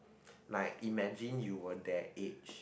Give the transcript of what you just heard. like imagine you were their age